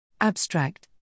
abstract